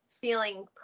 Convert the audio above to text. feeling